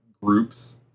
groups